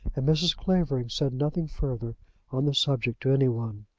and mrs. clavering said nothing further on the subject to any one.